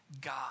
God